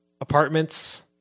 apartments